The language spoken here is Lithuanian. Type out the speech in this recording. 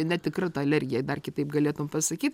netikra ta alergija dar kitaip galėtum pasakyt